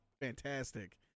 fantastic